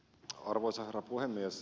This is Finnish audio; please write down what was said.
arvoisa herra puhemies